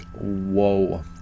whoa